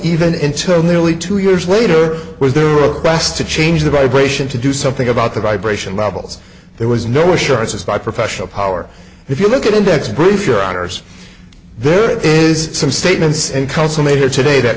even in term nearly two years later was the best to change the vibration to do something about the vibration levels there was no assurances by professional power if you look at index proof your honour's there is some statements and consummated today that